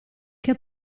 che